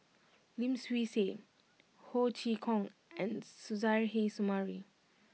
Lim Swee Say Ho Chee Kong and Suzairhe Sumari